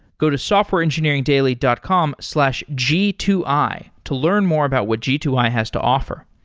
go to softwareengineeringdaily dot com slash g two i to learn more about what g two i has to offer.